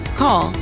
call